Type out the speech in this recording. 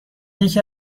یکی